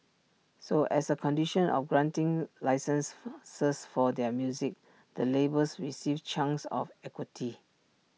so as A condition of granting licences for their music the labels received chunks of equity